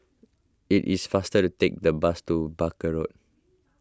it is faster to take the bus to Barker Road